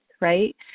right